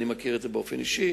אני מכיר את זה באופן אישי.